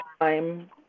time